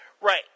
Right